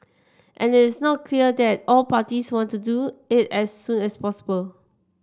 and it is not clear that all parties want to do it as soon as possible